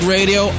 Radio